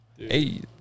Hey